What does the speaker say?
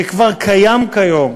שכבר קיים כיום,